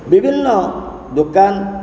ବିଭିନ୍ନ ଦୋକାନ